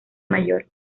mayor